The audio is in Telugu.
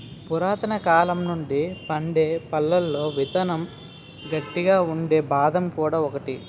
పురాతనకాలం నుండి పండే పళ్లలో విత్తనం గట్టిగా ఉండే బాదం కూడా ఒకటి